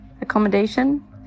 accommodation